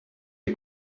les